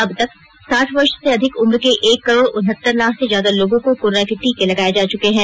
अब तक साठ वर्ष से अधिक उम्र के एक करोड़ उनहत्तर लाख से ज्यादा लोगों को कोरोना के टीके लगाये जा चुके हैं